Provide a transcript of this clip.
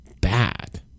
bad